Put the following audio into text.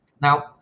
Now